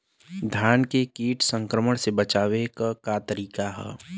धान के कीट संक्रमण से बचावे क का तरीका ह?